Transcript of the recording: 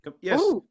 Yes